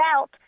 out